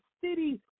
city